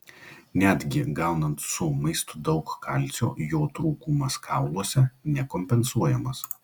netgi gaunant su maistu daug kalcio jo trūkumas kauluose nekompensuojamas